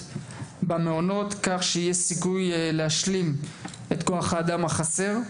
במעונות כך שיש סיכוי להשלים את כוח האדם החסר.